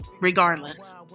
regardless